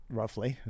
roughly